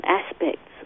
aspects